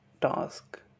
task